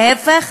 להפך,